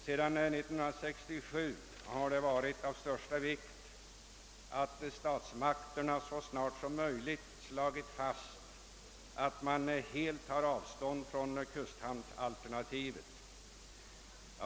Sedan 1967 har man ansett det vara av största vikt att statsmakterna så snart som möjligt slår fast att de helt tar avstånd från kusthamnsalternativet.